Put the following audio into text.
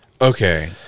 Okay